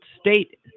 State